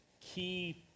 key